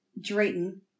Drayton